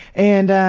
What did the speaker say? and,